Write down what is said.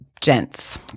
gents